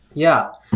yeah.